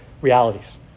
realities